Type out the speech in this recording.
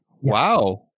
Wow